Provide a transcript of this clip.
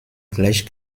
gleich